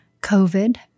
COVID